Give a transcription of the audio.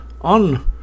on